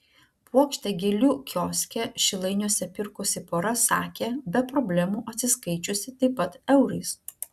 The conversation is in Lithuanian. puokštę gėlių kioske šilainiuose pirkusi pora sakė be problemų atsiskaičiusi taip pat eurais